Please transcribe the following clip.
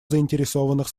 заинтересованных